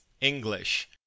English